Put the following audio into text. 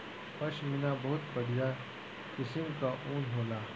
पश्मीना बहुत बढ़िया किसिम कअ ऊन होला